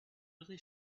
really